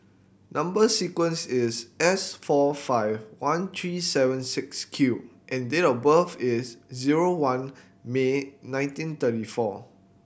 number sequence is S four five one three seven six Q and date of birth is zero one May nineteen thirty four